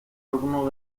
algunos